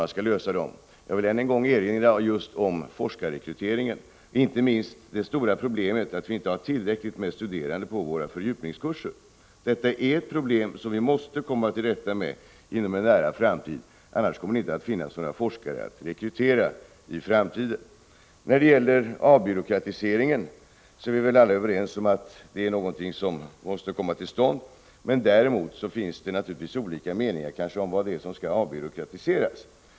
Jag vill i det sammanhanget än en gång erinra om forskarrekryteringen och inte minst om det stora problemet att vi inte har tillräckligt med studerande på våra fördjupningskurser. Detta är ett problem som vi måste lösa inom en nära framtid. Annars kommer det inte att finnas några forskare att rekrytera. När det gäller avbyråkratiseringen är vi väl alla överens om att en sådan måste komma till stånd, men det kan naturligtvis finnas olika meningar om vad det är som skall avbyråkratiseras.